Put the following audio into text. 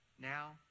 Now